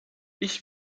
ich